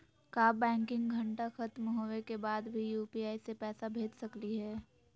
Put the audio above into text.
का बैंकिंग घंटा खत्म होवे के बाद भी यू.पी.आई से पैसा भेज सकली हे?